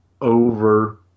over